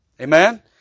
Amen